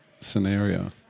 scenario